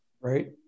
right